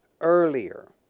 Earlier